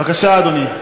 בבקשה, אדוני.